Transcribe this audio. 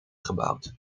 gebouwd